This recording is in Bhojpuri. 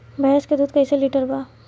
भैंस के दूध कईसे लीटर बा?